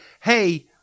hey